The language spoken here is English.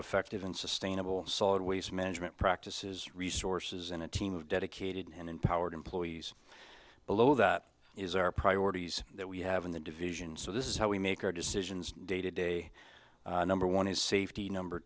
effective and sustainable solid waste management practices resources and a team of dedicated and empowered employees below that is our priorities that we have in the division so this is how we make our decisions day to day number one is safety number